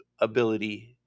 ability